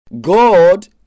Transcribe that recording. God